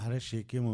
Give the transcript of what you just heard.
אחרי שהקימו,